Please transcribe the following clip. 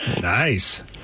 Nice